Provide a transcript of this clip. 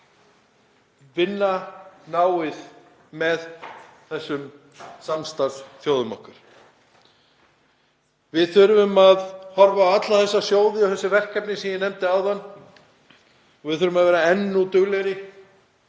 vinna náið með þessum samstarfsþjóðum okkar. Við þurfum að horfa á alla þessa sjóði og þessi verkefni sem ég nefndi áðan. Við þurfum að vera enn þá duglegri